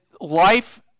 life